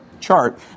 chart